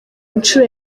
nshuro